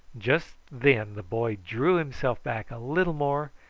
just then the boy drew himself back a little more,